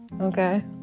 okay